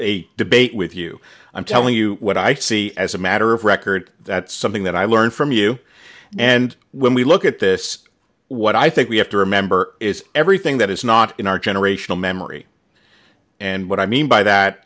a debate with you i'm telling you what i see as a matter of record that's something that i learn from you and when we look at this what i think we have to remember is everything that is not in our generational memory and what i mean by that